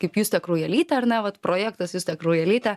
kaip justė kraujelytė ar ne vat projektas justė kraujelytė